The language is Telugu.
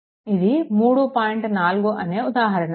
4అనే ఉదాహరణ